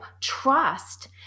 trust